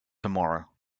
tomorrow